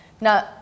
Now